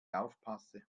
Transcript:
aufpasse